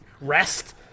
rest